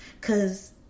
cause